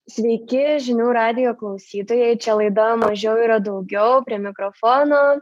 sveiki žinių radijo klausytojai čia laida mažiau yra daugiau prie mikrofono